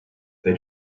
they